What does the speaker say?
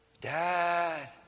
dad